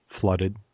flooded